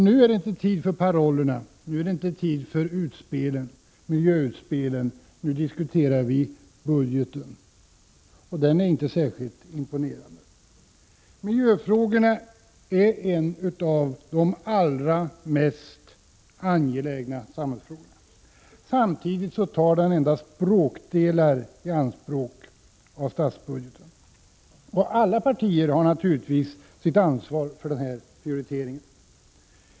Nu är det inte tid för parollerna, nu är det inte tid för miljöutspelen, nu diskuterar vi budgeten, och den är inte särskilt imponerande. Miljön är en av de allra mest angelägna samhällsfrågorna. Samtidigt tar miljöfrågorna endast bråkdelar av den totala statsbudgeten i anspråk. Alla partier har sitt ansvar för prioritering.